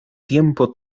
tiempo